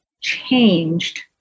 changed